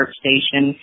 station